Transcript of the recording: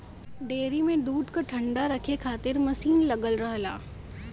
dairy में दूध क ठण्डा रखे खातिर मसीन लगल रहला